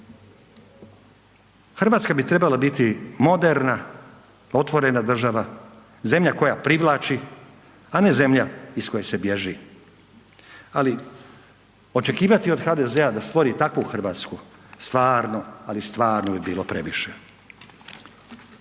Hrvatska bi trebala biti moderna otvorena država, zemlja koja privlači, a ne zemlja iz koje se bježi. Ali, očekivati od HDZ-a da stvori takvu Hrvatsku, stvarno, ali stvarno bi bilo previše.